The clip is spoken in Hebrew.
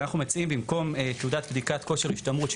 ואנחנו מציעים במקום תעודת בדיקת כושר השתמרות,